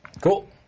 Cool